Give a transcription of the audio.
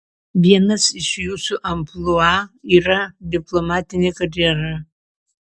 vienas iš jūsų amplua yra diplomatinė karjera